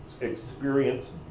experience